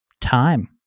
time